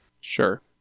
Sure